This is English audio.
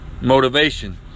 Motivation